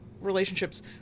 relationships